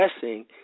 blessing